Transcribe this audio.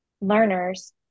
learners